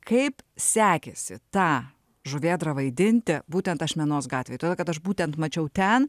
kaip sekėsi tą žuvėdrą vaidinti būtent ašmenos gatvėj todėl kad aš būtent mačiau ten